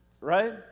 right